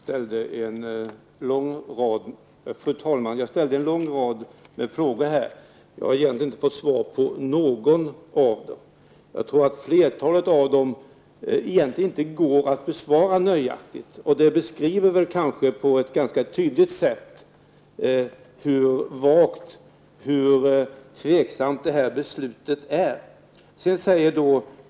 Fru talman! Jag ställde en lång rad frågor här men har egentligen inte fått svar på någon. Jag tror att flertalet av dem inte går att besvara nöjaktigt. Det visar på ett ganska tydligt sätt hur vagt och tveksamt detta beslut är.